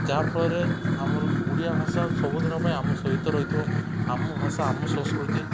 ଯାହାଫଳରେ ଆମର ଓଡ଼ିଆ ଭାଷା ସବୁଦିନ ପାଇଁ ଆମ ସହିତ ରହିଥିବ ଆମ ଭାଷା ଆମ ସଂସ୍କୃତି